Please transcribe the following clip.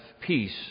peace